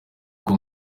uko